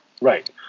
Right